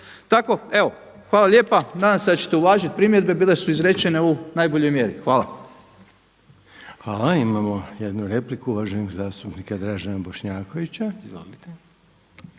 Tako, evo hvala lijepa, nadam se da ćete uvažiti primjedbe, bile su izrečene u najboljoj mjeri. Hvala. **Reiner, Željko (HDZ)** Hvala. Imamo jednu repliku, uvaženog zastupnika Dražena Bošnjakovića.